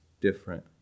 different